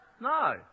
No